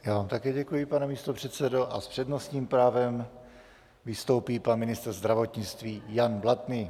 Já vám také děkuji, pane místopředsedo, a s přednostním právem vystoupí pan ministr zdravotnictví Jan Blatný.